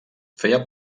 feia